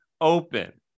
open